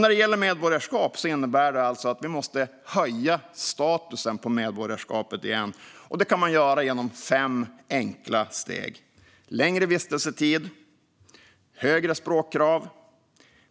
När det gäller medborgarskapet innebär det att vi måste höja statusen på medborgarskapet igen, och det kan man göra genom fem enkla steg: längre vistelsetid, högre språkkrav,